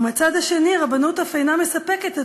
ומצד שני הרבנות אף אינה מספקת את